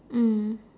mm